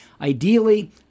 ideally